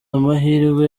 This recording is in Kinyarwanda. amahirwe